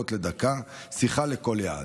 אגורות לדקת שיחה לכל יעד.